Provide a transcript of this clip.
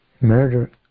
murder